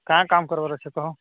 କାଁ କାମ୍ କର୍ବାର୍ ଅଛେ କହ